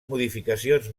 modificacions